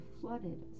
flooded